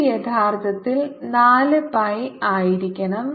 ഇത് യഥാർത്ഥത്തിൽ 4 പൈ ആയിരിക്കണം